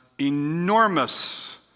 enormous